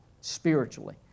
spiritually